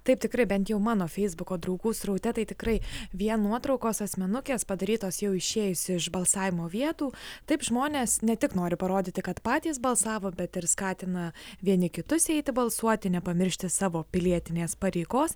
taip tikrai bent jau mano feisbuko draugų sraute tai tikrai vien nuotraukos asmenukės padarytos jau išėjusi iš balsavimo vietų taip žmonės ne tik nori parodyti kad patys balsavo bet ir skatina vieni kitus eiti balsuoti nepamiršti savo pilietinės pareigos